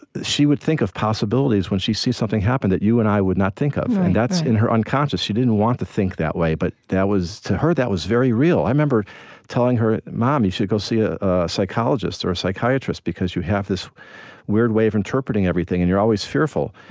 she would think of possibilities when she sees something happen that you and i would not think of and that's in her unconscious. she didn't want to think that way, but that was to her, that was very real. i remember telling her, mom you should go see a psychologist or a psychiatrist because you have this weird way of interpreting everything. and you're always fearful.